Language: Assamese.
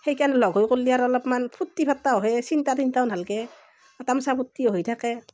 সেইকাৰণে লগ হৈ কৰলি আৰু অলপমান ফূৰ্তি ফাৰ্তাও হয় চিন্তা তিন্তাও নালাগে তামচা ফূৰ্তিও হৈ থাকে